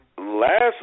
Last